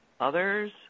others